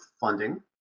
funding